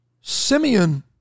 Simeon